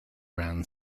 ran